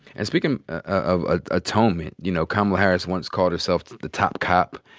and speaking of ah atonement, you know, kamala harris once called herself the top cop.